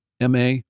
MA